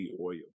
oil